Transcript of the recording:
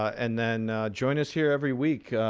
and then join us here every week,